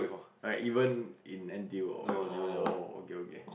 like even in N_T_U or whatever oh okay okay